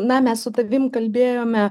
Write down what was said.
na mes su tavim kalbėjome